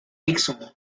dixon